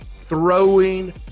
throwing